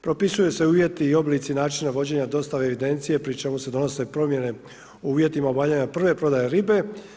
Propisuju se uvjeti i oblici načina vođenja i dostave evidencije pri čemu se donose promjene o uvjetima obavljanja prve prodaje ribe.